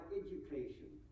education